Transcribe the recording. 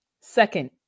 Second